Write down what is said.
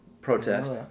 protest